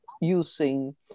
using